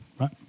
Right